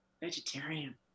Vegetarian